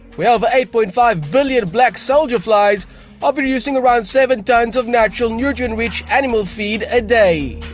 where over eight. but and five billion black soldier flies are producing around seven tonnes of natural nutrient-rich animal feed a day.